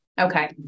Okay